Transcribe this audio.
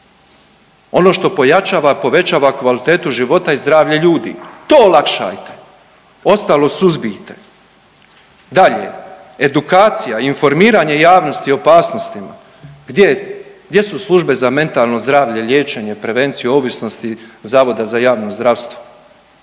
Ono što pojačava i povećava kvalitetu života je zdravlje ljudi, to olakšajte, ostalo suzbijte. Dalje, edukacija i informiranje javnosti o opasnosti, gdje, gdje su službe za mentalno zdravlje, liječenje, prevenciju ovisnosti zavoda za javno zdravstvo.